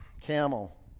Camel